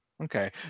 okay